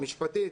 משפטית,